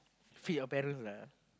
feed your parent lah